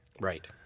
Right